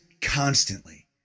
constantly